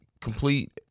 complete